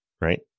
right